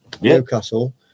Newcastle